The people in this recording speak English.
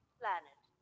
planet